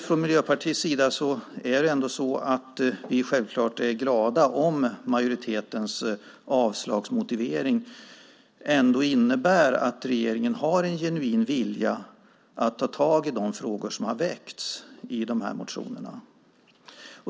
Från Miljöpartiets sida är vi självklart glada om majoritetens avslagsmotivering innebär att regeringen har en genuin vilja att ta tag i de frågor som väckts i dessa motioner.